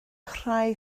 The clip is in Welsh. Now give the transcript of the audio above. rhai